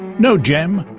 no gem,